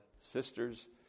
sister's